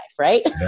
right